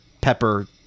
Pepper